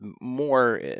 more